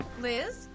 Liz